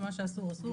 ומה שאסור אסור.